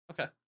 Okay